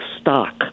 stock